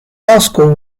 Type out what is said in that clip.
roscoe